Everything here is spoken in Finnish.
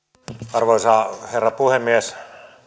arvoisa herra puhemies